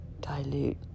dilute